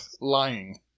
lying